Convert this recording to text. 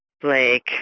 Blake